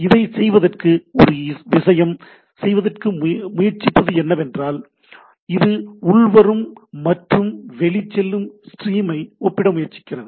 இதை செய்வதற்கு ஒரு விஷயம் செய்வதற்கு முயற்சிப்பது என்னவென்றால் இது உள்வரும் மற்றும் வெளிச்செல்லும் ஸ்ட்ரீமை ஒப்பிட முயற்சிக்கிறது